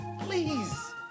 please